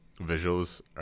visuals